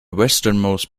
westernmost